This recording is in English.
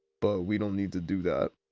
but we don't need to do that.